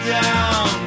down